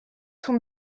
sont